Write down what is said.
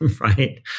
right